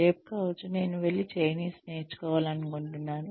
రేపు కావచ్చు నేను వెళ్లి చైనీస్ నేర్చుకోవాలనుకుంటున్నాను